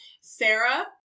Sarah